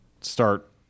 start